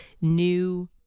new